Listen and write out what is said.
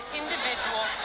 individual